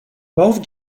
both